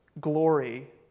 glory